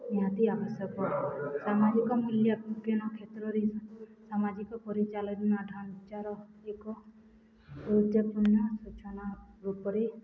ନିହାତି ଆବଶ୍ୟକ ସାମାଜିକ ମୁଲ୍ୟାଙ୍କନ କ୍ଷେତ୍ରରେ ସାମାଜିକ ପରିଚାଳନା ଢାଞ୍ଚାର ଏକ ସମ୍ପୂର୍ଣ୍ଣ ସୂଚନା ରୂପରେ